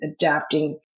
adapting